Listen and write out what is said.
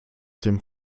dem